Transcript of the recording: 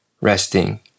resting